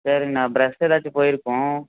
சரிங்கண்ணா பிரஷ் எதாச்சும் போயிருக்கும்